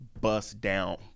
bust-down